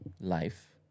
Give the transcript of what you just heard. life